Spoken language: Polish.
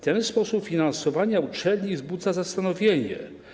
Ten sposób finansowania uczelni wzbudza zastanowienie.